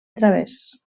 través